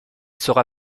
sera